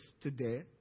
today